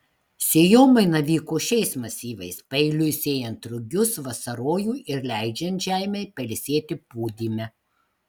sėjomaina vyko šiais masyvais paeiliui sėjant rugius vasarojų ir leidžiant žemei pailsėti pūdyme